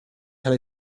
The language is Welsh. cael